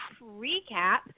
recap